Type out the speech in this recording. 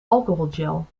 alcoholgel